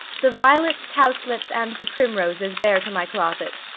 the violets, cowslips, and the primroses, bear to my closet.